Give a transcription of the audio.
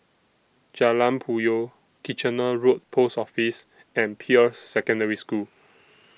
Jalan Puyoh Kitchener Road Post Office and Peirce Secondary School